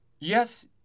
Yes